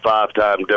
Five-time